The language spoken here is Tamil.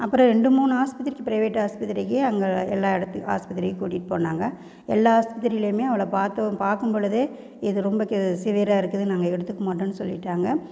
அப்புறோம் ரெண்டு மூணு ஆஸ்பத்திரிக்கு ப்ரைவேட் ஆஸ்பத்திரிக்கே அங்கே எல்லா இடத்து ஆஸ்பத்திரிக்கும் கூட்டிகிட்டு போனாங்க எல்லா ஆஸ்பத்திரிலையுமே அவளை பார்த்தும் பார்க்கும்பொலுதே இது ரொம்ப சிவியராக இருக்குது நாங்கள் எடுத்துக்க மாட்டோன்னு சொல்லிவிட்டாங்க